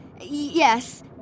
yes